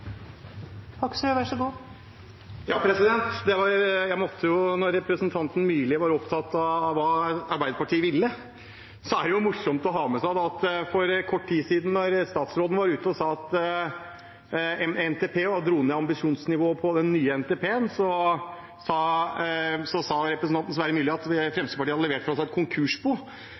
Når representanten Myrli var opptatt hva Arbeiderpartiet ville, så er det jo morsomt å ha med seg at for kort tid siden da statsråden var ute og dro ned ambisjonsnivået på den nye NTP-en, så sa representanten Sverre Myrli at Fremskrittspartiet hadde levert fra seg et konkursbo,